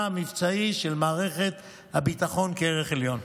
המבצעי של מערכת הביטחון כערך עליון.